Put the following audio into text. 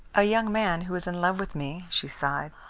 a young man who was in love with me, she sighed,